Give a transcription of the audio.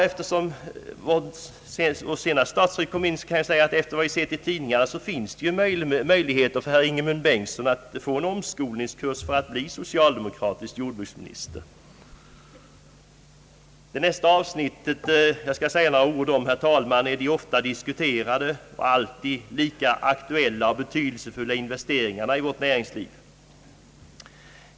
Efter vad vi sett i tidningarna finns det ju möjligheter att herr Ingemund Bengtsson kan få gå en omskolningskurs för att bli socialdemokratisk jordbruksminister. Det nästa avsnittet jag skall säga några ord om, herr talman, är de ofta diskuterade och alltid lika aktuella och betydelsefulla investeringarna i vårt näringsliv.